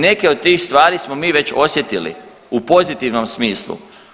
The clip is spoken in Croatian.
Neke od tih stvari smo mi već osjetili u pozitivnom smislu.